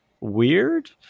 weird